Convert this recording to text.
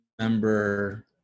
remember